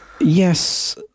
Yes